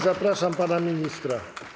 Zapraszam pana ministra.